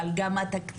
אבל גם התקציב